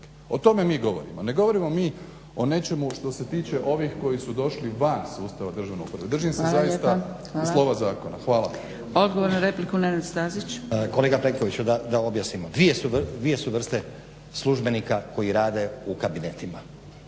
O tome mi govorimo. Ne govorimo mi o nečemu što se tiče ovih koji su došli van sustava državne uprave. Držim se zaista i slova zakona. Hvala. **Zgrebec, Dragica (SDP)** Hvala. Odgovor na repliku Nenad Stazić. **Stazić, Nenad (SDP)** Kolega Plenkoviću da objasnimo. Dvije su vrste službenika koji rade u kabinetima.